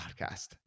podcast